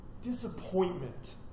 disappointment